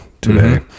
today